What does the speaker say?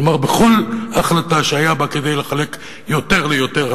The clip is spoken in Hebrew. כלומר כל החלטה שהיה בה כדי לחלק יותר ליותר,